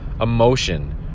emotion